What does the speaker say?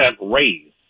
raise